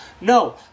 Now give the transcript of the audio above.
No